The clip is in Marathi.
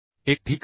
1 ठीक आहे